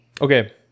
okay